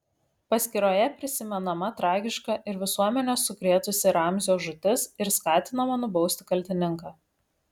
paskyroje prisimenama tragiška ir visuomenę sukrėtusi ramzio žūtis ir skatinama nubausti kaltininką